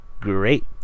great